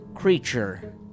Creature